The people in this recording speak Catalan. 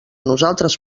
nosaltres